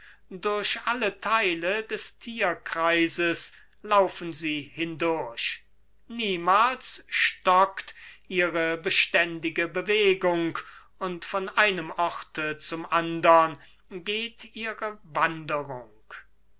durch alle theile des thierkreises laufen sie hindurch niemals stockt ihre beständige bewegung und von einem orte zum andern geht ihre wanderung